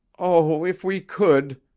oh, if we could!